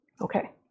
Okay